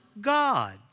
God